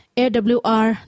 awr